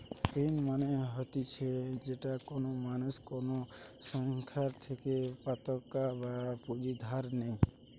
ঋণ মানে হতিছে যেটা কোনো মানুষ কোনো সংস্থার থেকে পতাকা বা পুঁজি ধার নেই